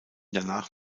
danach